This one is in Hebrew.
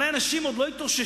הרי אנשים עוד לא התאוששו,